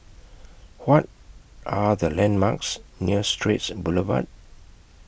What Are The landmarks near Straits Boulevard